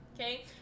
okay